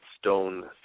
stone